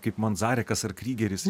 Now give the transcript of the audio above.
kaip manzarekas ar krygeris